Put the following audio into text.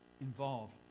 involved